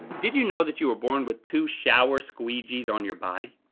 did you know that you were born with two shower squeegees on your body?